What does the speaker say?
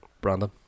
Brandon